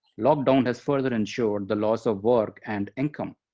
lockdown has further ensured the loss of work and income.